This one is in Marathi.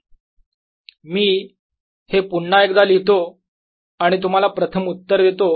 Ar04πKsinsinϕ।r R।ds x04πKsincosϕ।r R।ds dsR2sinddϕ मी हे पुन्हा एकदा लिहितो आणि तुम्हाला प्रथम उत्तर देतो